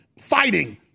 fighting